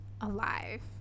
alive